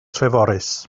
treforys